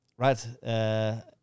Right